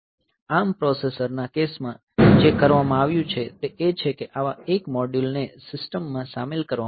ARM processor ના કેસમાં જે કરવામાં આવ્યું છે તે એ છે કે આવા એક મોડ્યુલ ને સિસ્ટમ માં સામેલ કરવામાં આવ્યું છે